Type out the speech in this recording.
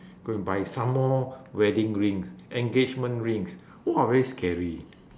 go and buy some more wedding rings engagement rings !wah! very scary